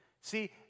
See